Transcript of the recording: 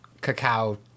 cacao